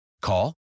Call